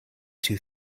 two